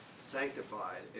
sanctified